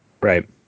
Right